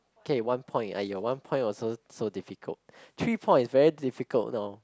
K one point !aiyo! one point also so difficult three points very difficult now